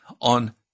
on